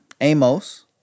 Amos